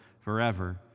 forever